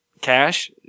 cash